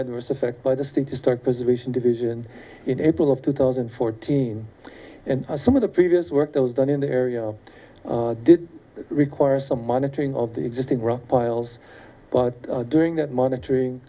adverse effect by the state to start position division in april of two thousand and fourteen and some of the previous work those done in the area did require some monitoring of the existing rock piles but during that monitoring